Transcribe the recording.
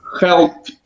help